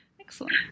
Excellent